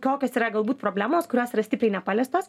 kokios yra galbūt problemos kurios yra stipriai nepaliestos